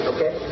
Okay